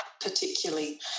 particularly